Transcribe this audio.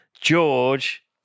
George